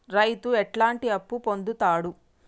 రైతు ఎట్లాంటి అప్పు పొందుతడు?